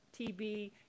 TB